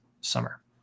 summer